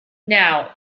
now